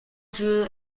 drew